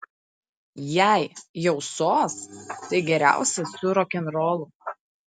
jei jau sos tai geriausia su rokenrolu